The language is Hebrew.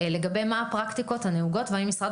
לגבי מה הפרקטיקות הנהוגות והאם משרד